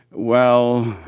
well,